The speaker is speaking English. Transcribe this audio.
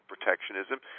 protectionism